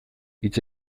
hitz